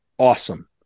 Awesome